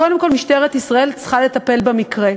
קודם כול משטרת ישראל צריכה לטפל במקרה.